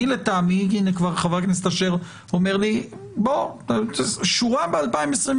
חבר הכנסת אשר אומר לי שורה ב-2022